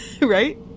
Right